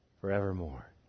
forevermore